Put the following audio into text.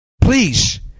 Please